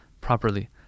properly